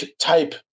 type